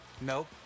Nope